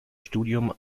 studium